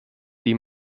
die